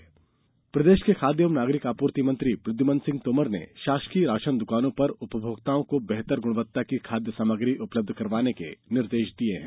ration दुकान प्रदेष के खाद्य एवं नागरिक आपूर्ति मंत्री प्रद्युम्न सिंह तोमर ने षासकीय राषन दुकानों पर उपभोक्ताओं को बेहतर गुणवत्ता की खाद्य सामग्री उपलब्ध करवाने के निर्देष दिए हैं